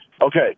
Okay